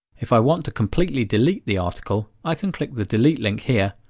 if i want to completely delete the article i can click the delete link here,